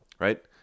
right